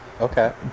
Okay